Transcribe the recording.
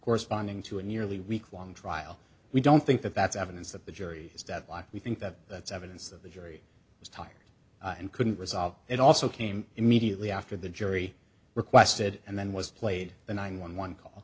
corresponding to a nearly week long trial we don't think that that's evidence that the jury was deadlocked we think that that's evidence that the jury was tired and couldn't resolve it also came immediately after the jury requested and then was played the nine one one call